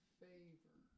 favor